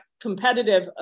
competitive